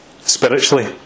spiritually